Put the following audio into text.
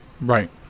Right